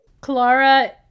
Clara